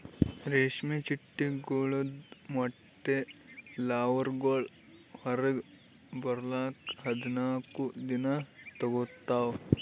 ರೇಷ್ಮೆ ಚಿಟ್ಟೆಗೊಳ್ದು ಮೊಟ್ಟೆ ಲಾರ್ವಾಗೊಳ್ ಹೊರಗ್ ಬರ್ಲುಕ್ ಹದಿನಾಲ್ಕು ದಿನ ತೋಗೋತಾವ್